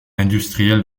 industriel